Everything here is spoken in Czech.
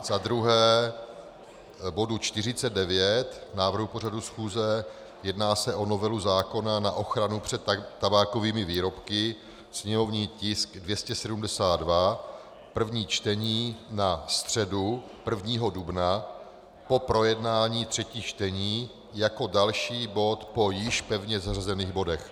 Za druhé bod 49 návrhu pořadu schůze, jedná se o novelu zákona na ochranu před tabákovými výrobky, sněmovní tisk 272, první čtení, na středu 1. dubna po projednání třetích čtení, jako další bod po již pevně zařazených bodech.